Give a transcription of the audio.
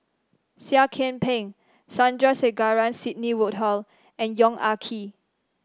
Seah Kian Peng Sandrasegaran Sidney Woodhull and Yong Ah Kee